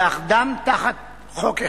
ולאחדם תחת חוק אחד.